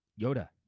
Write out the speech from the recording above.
Yoda